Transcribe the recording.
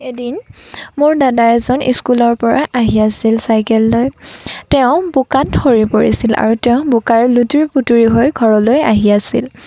এদিন মোৰ দাদা এজন স্কুলৰ পৰা আহি আছিল চাইকেল লৈ তেওঁ বোকাত সৰি পৰিছিল আৰু তেওঁ বোকাৰে লুতুৰি পুতুৰি হৈ ঘৰলৈ আহি আছিল